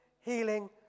healing